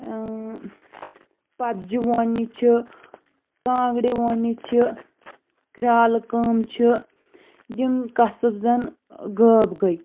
پَتجہٕ ووننہِ چھِ کانٛگرِ ووننہِ چھِ کرٛالہٕ کٲم چھِ یِم قصٕب زَن غٲب گٔے